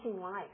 life